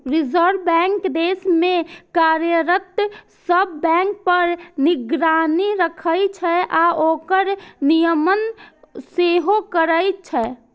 reserve bank देश मे कार्यरत सब बैंक पर निगरानी राखै छै आ ओकर नियमन सेहो करै छै